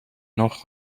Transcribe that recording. noch